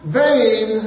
vain